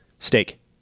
Steak